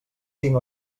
cinc